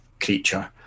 creature